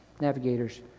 Navigator's